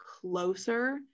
closer